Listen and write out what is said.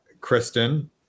Kristen